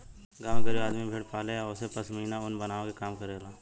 गांव के गरीब आदमी भेड़ पाले आ ओसे पश्मीना ऊन बनावे के काम करेला